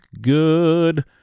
good